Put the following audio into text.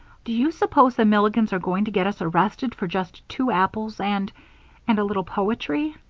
do you suppose the milligans are going to get us arrested for just two apples and and a little poetry?